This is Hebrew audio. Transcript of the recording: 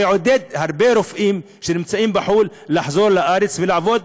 זה יעודד הרבה רופאים שנמצאים בחו"ל לחזור לארץ ולעבוד